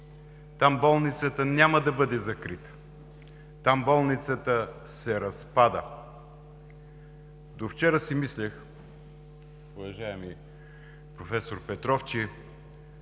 Там болницата няма да бъде закрита, там болницата се разпада. Довчера си мислех, уважаеми проф. Петров,